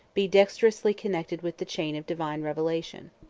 be dexterously connected with the chain of divine revelation.